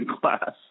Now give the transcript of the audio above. class